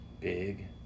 Big